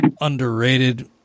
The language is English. underrated